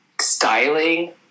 styling